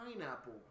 pineapple